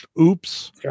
Oops